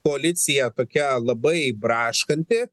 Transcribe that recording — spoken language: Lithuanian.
koalicija tokia labai braškanti